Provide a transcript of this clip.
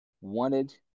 wanted